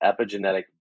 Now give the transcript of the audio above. epigenetic